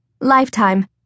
Lifetime